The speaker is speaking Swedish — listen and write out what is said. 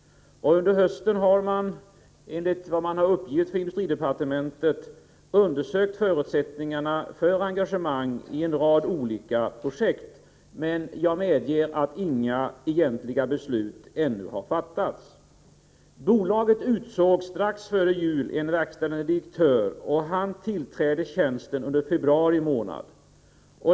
Under hösten har man, enligt vad man har uppgivit för industridepartementet, undersökt förutsättningarna för engagemang i en rad olika projekt, men jag medger att inga egentliga beslut ännu har fattats. Bolaget utsåg strax före jul en verkställande direktör, och han tillträder tjänsten under februari månad.